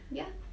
ya